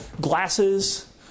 glasses